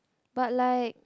but like